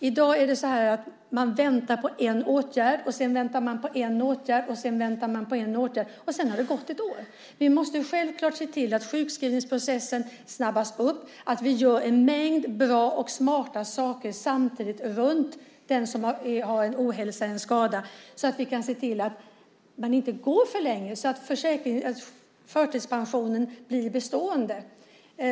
I dag är det ju så att man väntar på en åtgärd, och sedan väntar man på en ytterligare åtgärd, och sedan på ytterligare en och sedan har det gått ett år. Vi måste självklart se till att sjukskrivningsprocessen snabbas upp. Vi gör nu en mängd bra och smarta saker samtidigt för den som lider av ohälsa eller har en skada för att se till att han eller hon inte går så länge att förtidspensionen blir bestående.